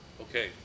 Okay